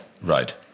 Right